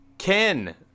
Ken